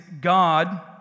God